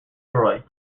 troy